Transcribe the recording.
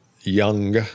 young